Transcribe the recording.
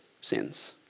sins